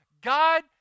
God